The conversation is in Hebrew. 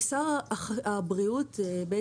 בסוף 2020 שר הבריאות הכריז